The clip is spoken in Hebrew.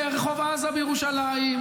ברחוב עזה בירושלים,